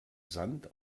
sand